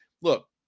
look